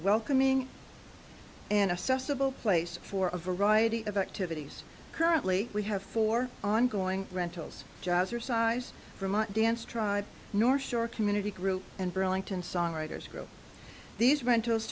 welcoming and assessable place for a variety of activities currently we have four ongoing rentals jazzercise vermont dance tribe north shore community group and burlington songwriters group these rentals